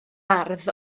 ardd